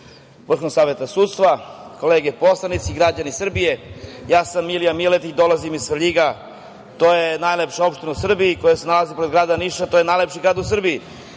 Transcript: Visokog saveta sudstva, kolege poslanici, građani Srbije, ja sam Milija Miletić, dolazim iz Svrljiga. To je najlepša opština u Srbiji koja se nalazi pored grada Niša i to je najlepši grad u Srbiji.